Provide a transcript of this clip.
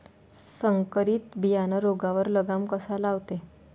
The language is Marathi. संकरीत बियानं रोगावर लगाम कसा लावते?